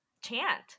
chant